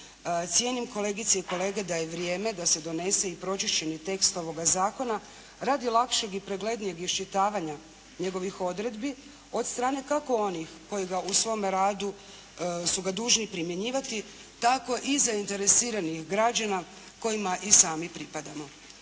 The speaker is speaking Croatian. cijenim kolegice i kolege da je vrijeme da se donese i pročišćeni tekst ovoga zakona radi lakšeg i preglednijeg iščitavanja njegovih odredbi od strane kako onih koji ga u svome radu su ga dužni primjenjivati tako i zainteresiranih građana kojima i sami pripadamo.